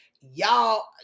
Y'all